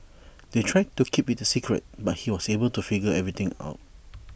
they tried to keep IT A secret but he was able to figure everything out